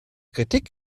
kritik